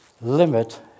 limit